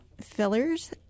fillers